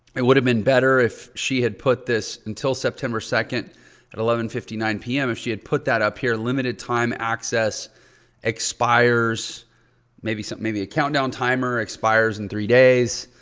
it would've been better if she had put this until september second at eleven fifty nine pm, if she had put that up here, limited time access expires maybe something, maybe a countdown timer, expires in three days,